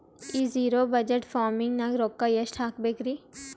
ಈ zero budget farming ನಾಗ್ ರೊಕ್ಕ ಎಷ್ಟು ಹಾಕಬೇಕರಿ?